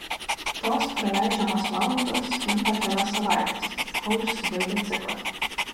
tos praleidžiamos valandos kinta kelias savaites kol užsibaigia ciklas